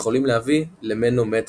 יכולים להביא למנומטרורגיה.